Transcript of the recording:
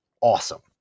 awesome